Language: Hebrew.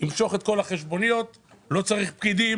ימשוך את כל החשבוניות והוא לא צריך פקידים